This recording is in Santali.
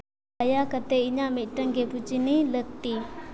ᱫᱟᱭᱟ ᱠᱟᱛᱮ ᱤᱧᱟᱹᱜ ᱢᱤᱫᱴᱟᱝ ᱜᱮᱯᱩᱪᱤᱱᱤ ᱞᱟᱹᱠᱛᱤ